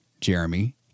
Jeremy